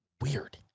Weird